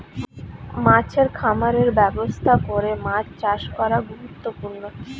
মাছের খামারের ব্যবস্থা করে মাছ চাষ করা গুরুত্বপূর্ণ